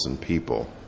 people